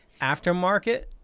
aftermarket